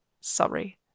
Sorry